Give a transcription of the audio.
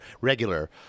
regular